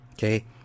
Okay